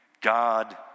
God